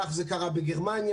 כך זה קרה בגרמניה,